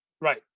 Right